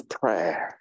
prayer